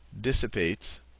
dissipates